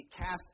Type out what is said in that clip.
cast